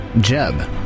Jeb